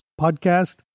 podcast